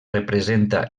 representa